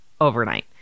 overnight